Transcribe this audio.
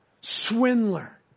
swindler